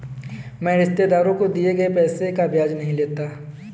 मैं रिश्तेदारों को दिए गए पैसे का ब्याज नहीं लेता